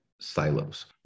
silos